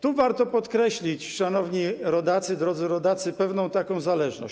Tu warto podkreślić, szanowni rodacy, drodzy rodacy, pewną taką zależność.